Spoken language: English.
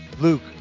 Luke